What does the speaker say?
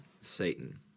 Satan